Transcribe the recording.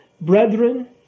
brethren